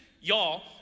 y'all